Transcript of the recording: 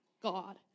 God